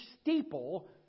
steeple